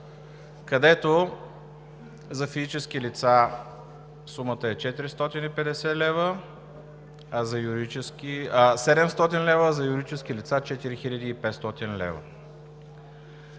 където за физически лица сумата е 700 лв., а за юридически лица – 4500 лв.